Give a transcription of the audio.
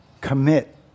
Commit